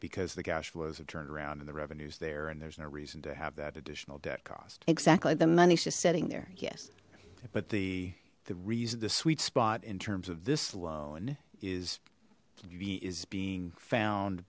because the cash flows have turned around and the revenues there and there's no reason to have that additional debt cost exactly the money's just sitting there yes but the reason the sweet spot in terms of this loan is be is being found